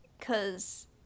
cause